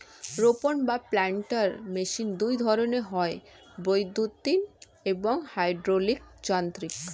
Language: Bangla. রোপক বা প্ল্যান্টার মেশিন দুই ধরনের হয়, বৈদ্যুতিন এবং হাইড্রলিক যান্ত্রিক